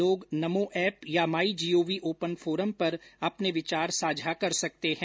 लोग नमो ऐप या my gov open forum पर अपने विचार साझा कर सकते हैं